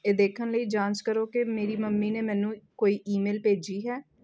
ਇਹ ਦੇਖਣ ਲਈ ਜਾਂਚ ਕਰੋ ਕਿ ਮੇਰੀ ਮੰਮੀ ਨੇ ਮੈਨੂੰ ਕੋਈ ਈਮੇਲ ਭੇਜੀ ਹੈ